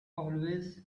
always